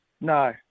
No